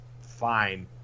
fine